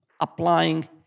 applying